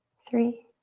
three,